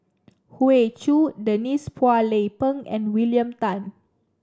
Hoey Choo Denise Phua Lay Peng and William Tan